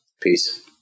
peace